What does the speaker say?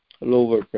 lower